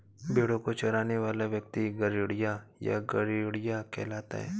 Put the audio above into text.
भेंड़ों को चराने वाला व्यक्ति गड़ेड़िया या गरेड़िया कहलाता है